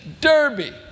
Derby